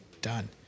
Done